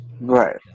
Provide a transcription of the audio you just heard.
Right